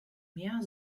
mehr